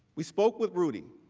we spoke with rudy,